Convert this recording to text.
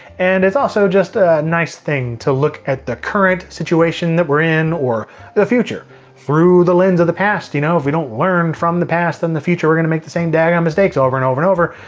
and it's also just a nice thing to look at the current situation that we're in or the future through the lens of the past. you know if we don't learn from the past, then in the future, we're gonna make the same daggone mistakes over and over and over.